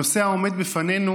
הנושא העומד בפנינו